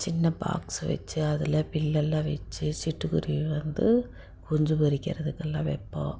சின்ன பாக்ஸ்ஸு வெச்சு அதில் பில்லெல்லாம் வெச்சு சிட்டுக்குருவி வந்து குஞ்சு பொறிக்கிறதுக்கெல்லாம் வைப்போம்